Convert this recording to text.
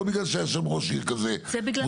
לא בגלל שהיה שם ראש עיר כזה מוצלח,